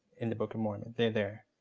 in the book of mormon. they're there.